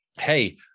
hey